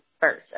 first